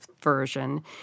version